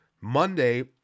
Monday